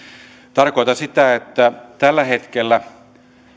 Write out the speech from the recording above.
tarkoitan sitä että tällä hetkellä